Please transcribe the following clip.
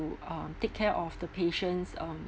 um take care of the patients um